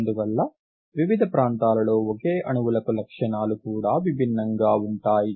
అందువల్ల వివిధ ప్రాంతాలలో ఒకే అణువులకు లక్షణాలు కూడా భిన్నంగా ఉంటాయి